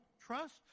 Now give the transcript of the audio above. trust